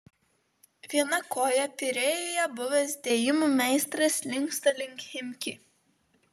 viena koja pirėjuje buvęs dėjimų meistras linksta link chimki